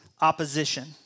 opposition